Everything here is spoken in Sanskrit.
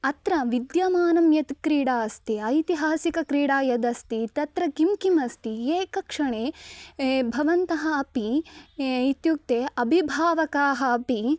अत्र विद्यमाना या क्रीडा अस्ति ऐतिहासिकक्रीडा या अस्ति तत्र किं किम् अस्ति एकक्षणे भवन्तः अपि इत्युक्ते अभिभावकाः अपि